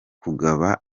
kugaba